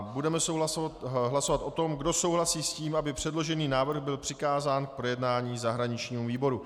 Budeme hlasovat o tom, kdo souhlasí s tím, aby předložený návrh byl přikázán k projednání zahraničnímu výboru.